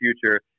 future